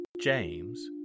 James